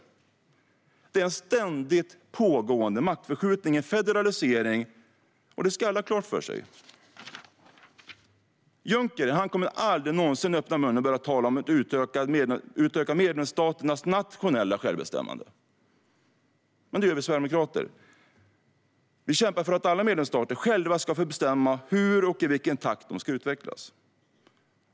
Det är en ständigt pågående maktförskjutning, en federalisering. Det ska alla ha klart för sig. Juncker kommer aldrig någonsin att börja tala om att utöka medlemsstaternas nationella självbestämmande. Men det gör vi sverigedemokrater. Vi kämpar för att alla medlemsstater själva ska få bestämma hur och i vilken takt de ska utvecklas.